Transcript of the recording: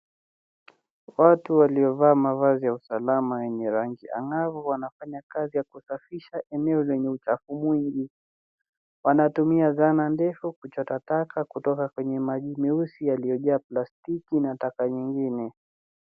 Watu waliovaa mavazi ya usalama yenye rangi angavu wanafanya kazi ya kusafisha wneo lenye uchafu mwingi. Wanatumia zana ndefu kuchota taka kitoka kwenye maji meusi yaliyojaa plastiki na taka nyingi.